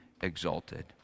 exalted